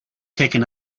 taken